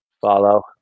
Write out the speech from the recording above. Follow